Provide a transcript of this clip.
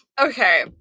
Okay